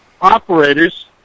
operators